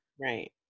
Right